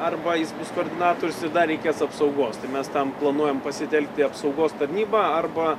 arba jis bus koordinatorius ir dar reikės apsaugos tai mes tam planuojam pasitelkti apsaugos tarnybą